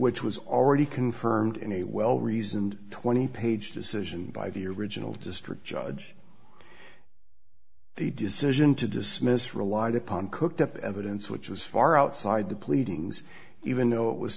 which was already confirmed in a well reasoned twenty page decision by the original district judge the decision to dismiss relied upon cooked up evidence which was far outside the pleadings even though it was